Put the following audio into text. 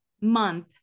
month